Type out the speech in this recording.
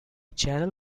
channel